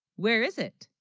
where is it